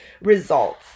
results